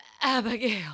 Abigail